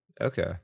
Okay